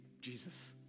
Jesus